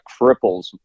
cripples